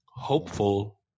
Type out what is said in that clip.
hopeful